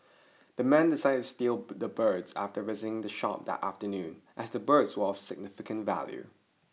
the men decided to steal but the birds after visiting the shop that afternoon as the birds were of significant value